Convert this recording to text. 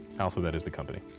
alphabet is the company.